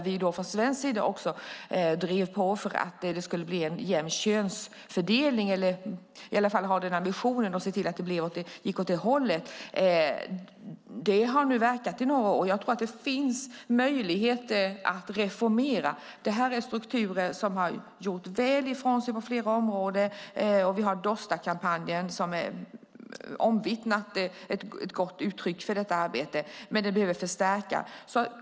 Vi drev också på ambitionen att ha en jämn könsfördelning. Detta har nu verkat i några år, och det finns möjlighet att reformera. Det här är strukturer som har gjort väl ifrån sig på flera områden. Vi har Dostakampanjen som är ett omvittnat gott uttryck för detta arbete, men det behöver förstärkas.